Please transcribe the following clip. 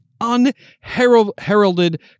unheralded